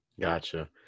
Gotcha